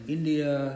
India